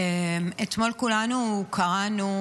אתמול כולנו קראנו